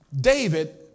David